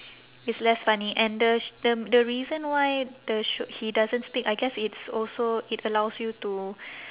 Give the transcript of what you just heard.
it's less funny and the sh~ the the reason why the show he doesn't speak I guess it's also it allows you to